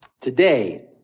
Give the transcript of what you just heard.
today